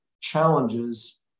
challenges